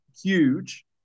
huge